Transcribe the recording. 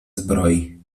zbroi